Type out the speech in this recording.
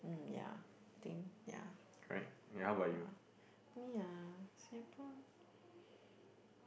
um yeah I think yeah